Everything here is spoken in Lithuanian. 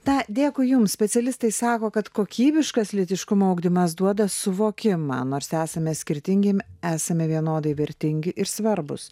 tą dėkui jums specialistai sako kad kokybiškas lytiškumo ugdymas duoda suvokimą nors esame skirtingi esame vienodai vertingi ir svarbūs